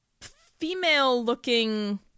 female-looking